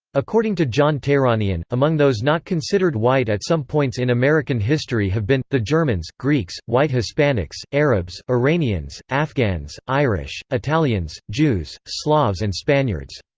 according to john tehranian, among those not considered white at some points in american history have been the germans, greeks, white hispanics, arabs, iranians, afghans, irish, italians, jews, slavs and spaniards.